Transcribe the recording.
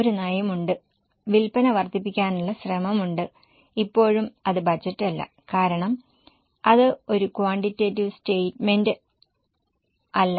ഒരു നയമുണ്ട് വിൽപ്പന വർദ്ധിപ്പിക്കാനുള്ള ശ്രമമുണ്ട് ഇപ്പോഴും അത് ബജറ്റല്ല കാരണം അത് ഒരു ക്വാണ്ടിറ്റേറ്റീവ് സ്റ്റേറ്റ്മെൻറ് അല്ല